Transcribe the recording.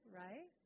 right